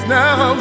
now